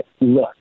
look